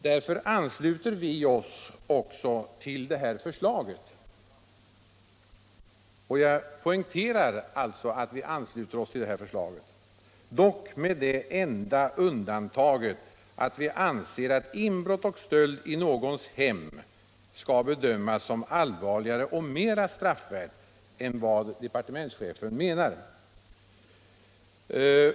Därför ansluter vi oss också till det här förslaget, dock med det enda undantaget att vi anser att inbrott och stöld i någons hem skall bedömas som allvarligare och mera straffvärt än vad departementschefen menar.